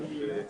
שישה.